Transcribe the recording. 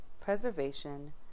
preservation